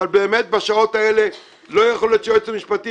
אבל באמת שבשעות האלה לא יכול להיות שהיועץ המשפטי